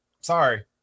Sorry